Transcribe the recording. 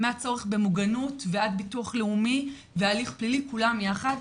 מהצורך במוגנות ועד ביטוח לאומי והליך פלילי כולם יחד.